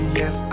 yes